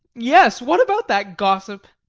yes, what about that gossip?